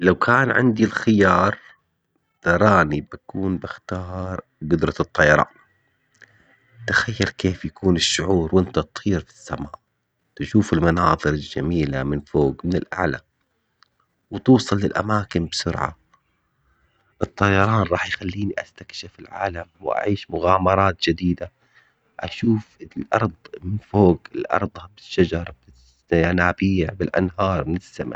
لو كان عندي الخيار تراني بكون بختار قدرة الطيران. تخيل كيف يكون الشعور وانت تطير في السما تشوف المناظر الجميلة من فوق من الاعلى? وتوصل للاماكن بسرعة. الطيران رح يخليني استكشف واعيش مغامرات جديدة. اشوف الارض من فوق الارض بالشجر بالانهار من السما